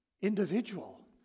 individual